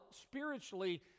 spiritually